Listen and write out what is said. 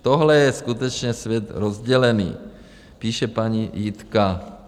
Tohle je skutečně svět rozdělený, píše paní Jitka.